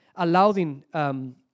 Allowing